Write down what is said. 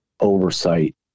oversight